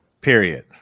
Period